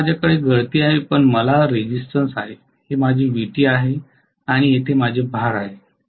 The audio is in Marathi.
आता माझ्याकडे गळती आहे मग मला रेझिस्टनन्स आहे हे माझे Vt आहे आणि येथे माझे भार आहे